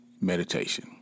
meditation